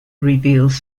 reveals